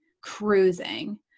cruising